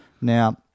Now